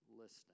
listening